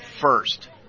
first